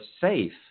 safe